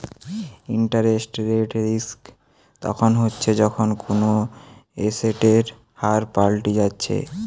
interest rate risk তখন হচ্ছে যখন কুনো এসেটের হার পাল্টি যাচ্ছে